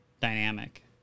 dynamic